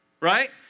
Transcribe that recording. right